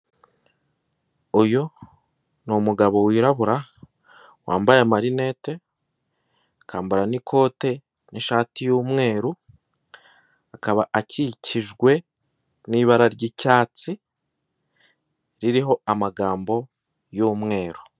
Uyu ni umugabo wirabura wambaye amarinete akambara n'ikote n'ishati y'umweru, akaba akikijwe n'ibara ry'icyatsi ririho amagambo y'umweru.